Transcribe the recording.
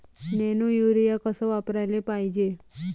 Nano urea कस वापराले पायजे?